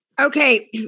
Okay